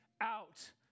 out